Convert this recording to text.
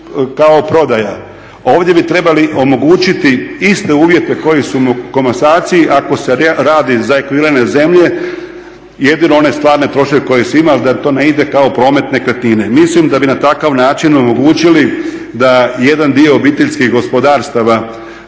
kao prodaja. Ovdje bi trebali omogućiti iste uvjete koji su u komasaciji ako se radi za … zemlje jedino one stvarno troškove koji su imali da to ne ide kao promet nekretnine. Mislim da bi na takav način omogućili da jedan dio OPG-a u svom